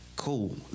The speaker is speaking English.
Cool